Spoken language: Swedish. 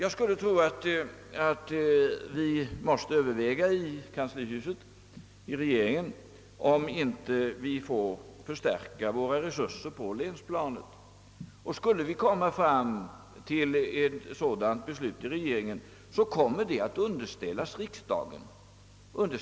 Vi måste inom regeringen överväga huruvida vi inte bör förstärka våra resurser på länsplanet. Skulle vi komma fram till ett sådant beslut i regeringen kommer detta att underställas riksdagen i vår.